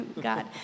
God